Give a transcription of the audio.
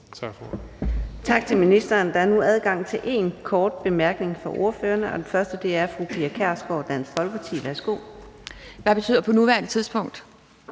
Tak til ministeren. Der er nu adgang til én kort bemærkning for ordførerne, og den første er fru Pia Kjærsgaard, Dansk Folkeparti. Værsgo.